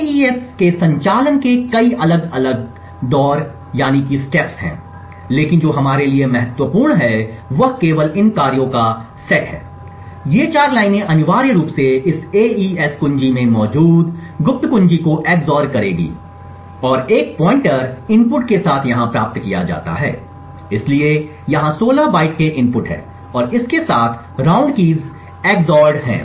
AES के संचालन के कई अलग अलग दौर हैं लेकिन जो हमारे लिए महत्वपूर्ण है वह केवल इन कार्यों का सेट है ये 4 लाइनें अनिवार्य रूप से इस एईएस कुंजी में मौजूद गुप्त कुंजी को XOR करेगी और एक पॉइंटर इनपुट के साथ यहां प्राप्त किया जाता है इसलिए यहां 16 बाइट के इनपुट हैं और इसके साथ गोल चाबियां XORed हैं